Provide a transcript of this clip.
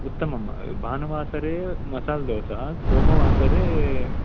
उत्तमं भानुवासरे मसाल्दोसा सोमवासरे